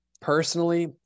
personally